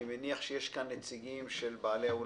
אני מניח שיש כאן נציגים של בעלי אולמות.